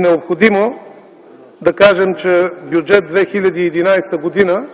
Необходимо е да кажем, че Бюджет 2011 г.